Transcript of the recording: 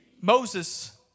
Moses